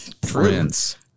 Prince